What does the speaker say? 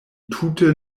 tute